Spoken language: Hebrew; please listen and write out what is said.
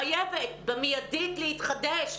חייבת מיידית להתחדש.